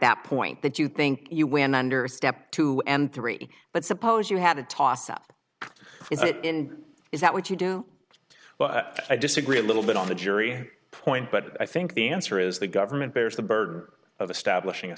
that point that you think you went under step two and three but suppose you have a toss up is it in is that what you do well i disagree a little bit on the jury point but i think the answer is the government bears the burden of establishing